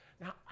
Now